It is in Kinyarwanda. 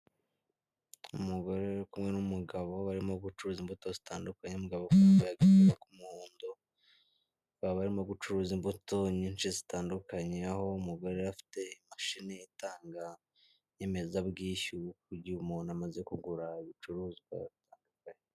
Umugore uri kumwe n'umugabo barimo gucuruza imbuto zitandukanye, umugabo wambaye agapira ku muhondo, bakaba bari barimo gucuruza imbuto nyinshi zitandukanye, aho umugore afite imashini itanga inyemezabwishyu, igihe umuntu amaze kugura ibicuruzwa.